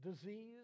disease